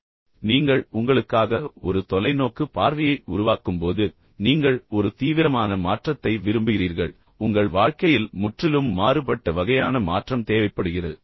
இப்போது நீங்கள் உங்களுக்காக ஒரு தொலைநோக்கு தொலைநோக்கு பார்வையை உருவாக்கும்போது உண்மையில் நீங்கள் ஒரு தீவிரமான மாற்றத்தை விரும்புகிறீர்கள் உங்கள் வாழ்க்கையில் முற்றிலும் மாறுபட்ட வகையான மாற்றம் தேவைப்படுகிறது